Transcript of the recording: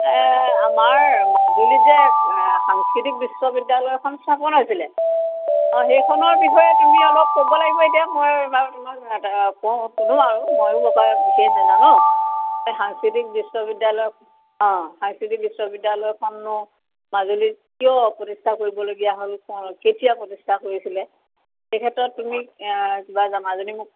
আমাৰ মাজুলীত যে সাংস্কৃতিক বিশ্ববিদ্যালয় এখন স্থাপন হৈছিলে সেইখনৰ বিষয়ে তুমি অলপ ক'ব লাগিব এতিয়া মই বাৰু তোমাক কওঁ সোধো আৰু মইও বিশেষ নাজানো এই সাংস্কৃতিক বিশ্ববিদ্যালয় অঁ সাংস্কৃতিক বিশ্ববিদ্যালয়খনো মাজুলীত কিয় প্ৰতিষ্ঠা কৰিবলগীয়া হ'ল কেতিয়া প্ৰতিষ্ঠা কৰিছিলে এই ক্ষেত্ৰত তুমি কিবা জনা যদি মোক